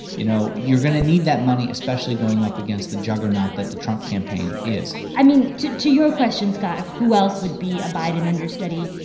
you know you're going to need that money, especially going up against the juggernaut that the trump campaign is i mean, to your your question, scott, of who else would be a biden understudy,